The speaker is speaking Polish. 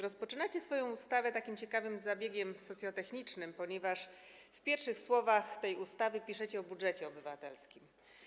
Rozpoczynacie swoją ustawę takim ciekawym zabiegiem socjotechnicznym, ponieważ w pierwszych słowach tej ustawy piszecie o budżecie obywatelskim.